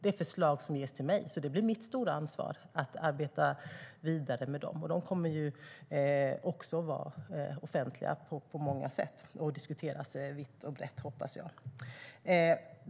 Det är förslag som ges till mig, och det blir mitt stora ansvar att arbeta vidare med dem. De kommer också att vara offentliga på många sätt och diskuteras vitt och brett, hoppas jag.